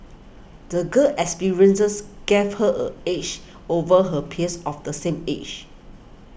the girl's experiences gave her a edge over her peers of the same age